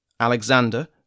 Alexander